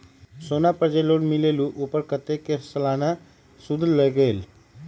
सोना पर जे ऋन मिलेलु ओपर कतेक के सालाना सुद लगेल?